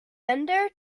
fender